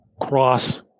cross